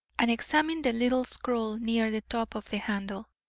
and examine the little scroll near the top of the handle.